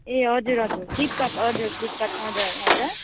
ए हजुर हजुर फ्लिपकार्ट हजुर फ्लिपकार्ट हजुर हजुर